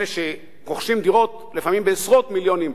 אלה שרוכשים דירות לפעמים בעשרות מיליונים,